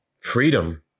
Freedom